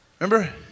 Remember